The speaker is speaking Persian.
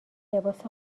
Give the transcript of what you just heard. لباس